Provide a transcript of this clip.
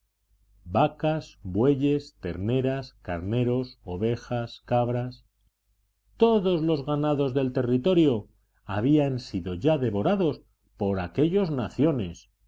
vacas bueyes terneras carneros ovejas cabras todos los ganados del territorio habían sido ya devorados por aquellos naciones